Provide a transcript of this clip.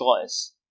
choice